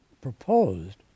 proposed